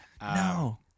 No